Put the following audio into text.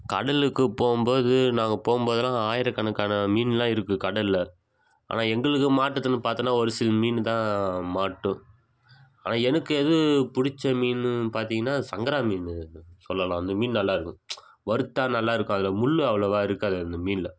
கடலுக்கு போகும்போது நாங்கள் போகும்போதுலாம் ஆயிரக்கணக்கான மீனெலாம் இருக்குது கடலில் ஆனால் எங்களுக்கு மாட்டுறதுன்னு பார்த்தோன்னா ஒரு சில மீன் தான் மாட்டும் ஆனால் எனக்கு எது பிடிச்ச மீனுன்னு பார்த்தீங்கன்னா சங்கரா மீன் சொல்லலாம் அந்த மீன் நல்லாயிருக்கும் வறுத்தால் நல்லாயிருக்கும் அதில் முள் அவ்வளோவா இருக்காது அந்த மீனில்